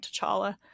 T'Challa